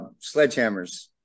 sledgehammers